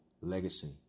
legacy